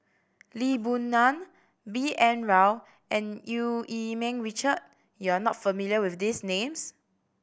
Lee Boon Ngan B N Rao and Eu Yee Ming Richard you are not familiar with these names